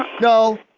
No